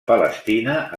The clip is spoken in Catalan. palestina